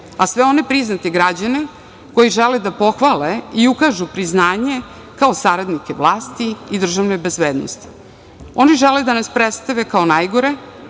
a sve one priznate građane koji žele da pohvale i ukažu priznanje, kao saradnike vlasti i državne bezbednosti. Oni žele da nas predstave kao najgore,